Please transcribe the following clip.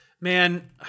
Man